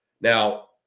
Now